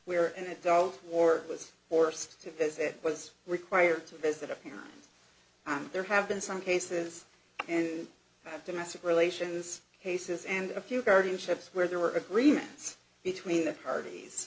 where an adult ward was forced to visit was required to visit a parent there have been some cases and domestic relations cases and a few guardianships where there were agreements between the parties